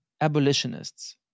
abolitionists